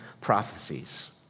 prophecies